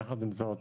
יחד עם זאת,